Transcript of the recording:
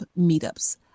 meetups